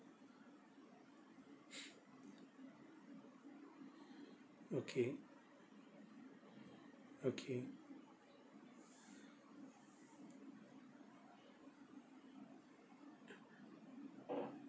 okay okay